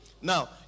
Now